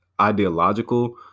ideological